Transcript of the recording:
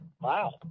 Wow